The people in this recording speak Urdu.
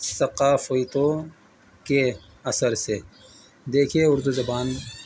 ثقافتوں کے اثر سے دیکھیے اردو زبان